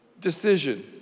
decision